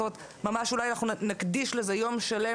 זאת אומרת ממש אולי נקדיש לזה יום שלם